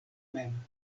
mem